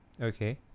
Okay